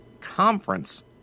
Conference